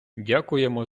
дякуємо